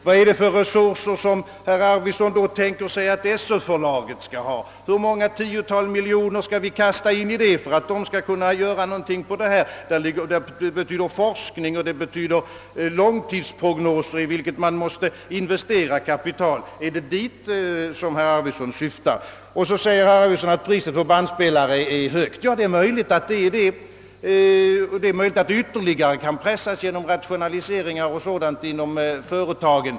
Vad är det för resurser som herr Arvidson har tänkt sig att SÖ-förlaget skall ha? Hur många tiotal miljoner skall vi kasta in i det för att det förlaget skall kunna göra någonting på detta område? Det betyder forskning och det betyder långtidsprognoser som man måste investera kapital i. är det dit herr Arvidson syftar? Vidare säger herr Arvidson, att priset för bandspelare är högt. Ja, det är möjligt att det är det, och det är möjligt, att det kan pressas ytterligare genom rationalisering inom företagen.